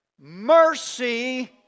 mercy